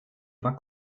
war